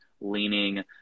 leaning